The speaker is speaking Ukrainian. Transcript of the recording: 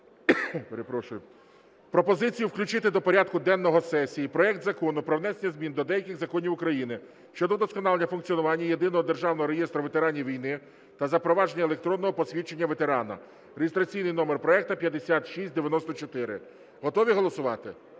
пропозицію, включити до порядку денного сесії проект Закону про внесення змін до деяких законів України щодо вдосконалення функціонування Єдиного державного реєстру ветеранів війни та запровадження електронного посвідчення ветерана (реєстраційний номер проекту 5694). Готові голосувати?